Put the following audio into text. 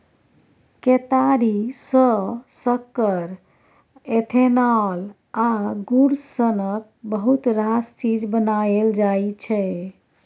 केतारी सँ सक्कर, इथेनॉल आ गुड़ सनक बहुत रास चीज बनाएल जाइ छै